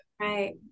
Right